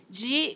de